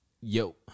yo